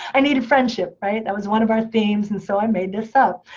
i needed friendship, right? that was one of our themes, and so i made this up.